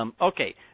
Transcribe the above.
Okay